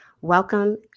Welcome